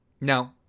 No